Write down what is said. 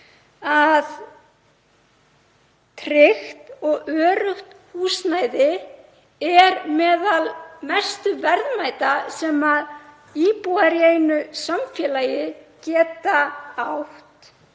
að tryggt og öruggt húsnæði er meðal mestu verðmæta sem íbúar í einu samfélagi geta átt.